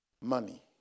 money